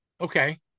Okay